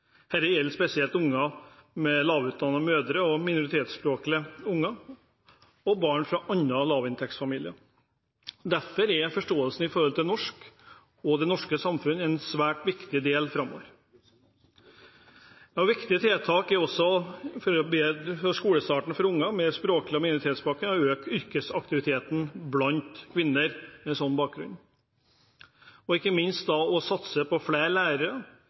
gjelder spesielt barn med lavt utdannede mødre, minoritetsspråklige barn og barn fra andre lavinntektsfamilier. Forståelsen av norsk og det norske samfunnet er en svært viktig del framover. Dette vil også være et viktig tiltak for å bedre skolestarten for barn med språklig minoritetsbakgrunn og øke yrkesaktiviteten blant kvinner med en slik bakgrunn. Ikke minst bør man satse på flere lærere